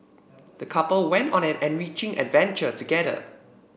the couple went on an enriching adventure together